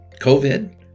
COVID